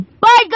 Bye